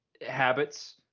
habits